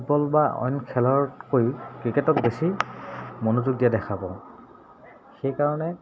football বা অইন খেলতকৈ ক্ৰিকেটত বেছি মনোযোগ দিয়া দেখা পাওঁ সেইকাৰণে